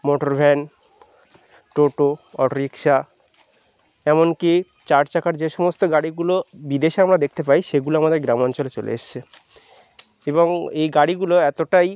motor van toto auto rickshaw এমন কি চার চাকার যে সমস্ত গাড়িগুলো বিদেশে আমরা দেখতে পাই সেগুলো আমাদের গ্রাম অঞ্চলে চলে এসছে এবং এই গাড়িগুলো এতোটাই